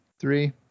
three